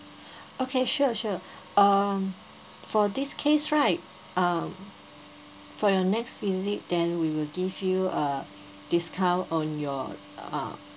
okay sure sure um for this case right uh for your next visit then we will give you a discount on your uh